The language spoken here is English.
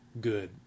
good